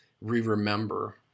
re-remember